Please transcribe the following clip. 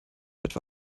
etwa